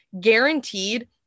Guaranteed